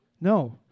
No